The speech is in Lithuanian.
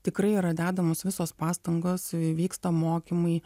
tikrai yra dedamos visos pastangos vyksta mokymai